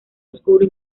oscuro